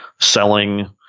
selling